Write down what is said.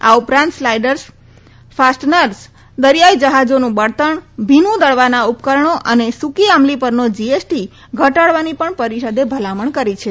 આ ઉપરાંત slide fasteners દરિયાઈ જહાજાનું બળતણ ભીનુ દળવાના ઉપકરણો અને સુકી આમલી પરનો જીએસટી ઘટાડવાની પણ પરિષદે ભલામણ કરી છે